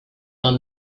are